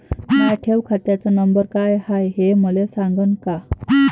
माया ठेव खात्याचा नंबर काय हाय हे मले सांगान का?